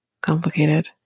complicated